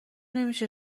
نمیشه